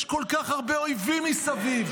יש כל כך הרבה אויבים מסביב,